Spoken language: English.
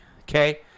okay